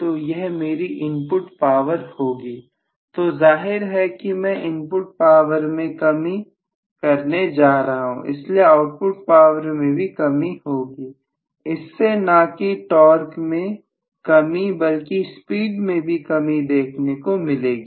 तो यह मेरी इनपुट पावरहोगी तो जाहिर है कि मैं इनपुट पावर में कमी करने जा रहा हूँ इसीलिए आउटपुट पावर में कमी होगी इससे न कि टॉर्क में कमी बल्कि स्पीड में कमी देखने को मिलेगी